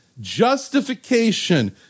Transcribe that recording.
justification